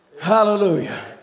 Hallelujah